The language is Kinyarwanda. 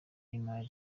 y’imari